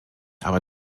aber